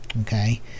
okay